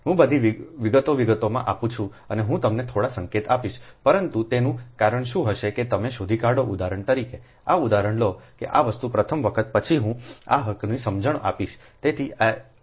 હું બધી વિગતો વિગતોમાં આપું છું અને હું તમને થોડો સંકેત આપીશ પરંતુ તેનું કારણ શું હશે તે તમે શોધી કાઢોઉદાહરણ તરીકે આ ઉદાહરણ લો કે આ વસ્તુ પ્રથમ વખત પછી હું આ હકની સમજણ આપીશ